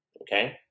okay